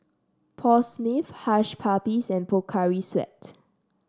Paul Smith Hush Puppies and Pocari Sweat